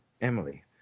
Emily